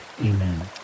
amen